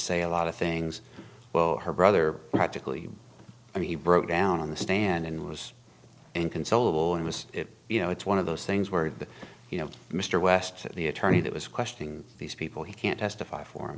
say a lot of things well her brother practically i mean he broke down on the stand and was inconsolable it was you know it's one of those things where you know mr west the attorney that was questioning these people he can't testify for